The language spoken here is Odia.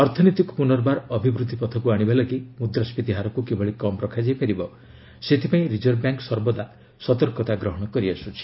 ଅର୍ଥନୀତିକୁ ପୁନର୍ବାର ଅଭିବୂଦ୍ଧି ପଥକୁ ଆଶିବା ଲାଗି ମୁଦ୍ରାସ୍କୀତି ହାରକୁ କିଭଳି କମ୍ ରଖାଯାଇ ପାରିବ ସେଥିପାଇଁ ରିଜର୍ଭ ବ୍ୟାଙ୍କ ସର୍ବଦା ସତର୍କତା ଗ୍ହଣ କରିଆସ୍ତ୍ରି